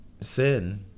sin